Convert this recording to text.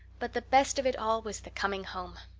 but the best of it all was the coming home.